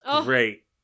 Great